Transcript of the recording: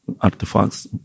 artifacts